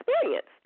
experience